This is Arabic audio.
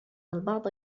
البعض